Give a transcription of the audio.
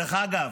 דרך אגב,